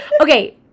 Okay